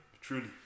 truly